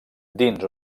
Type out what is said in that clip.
dins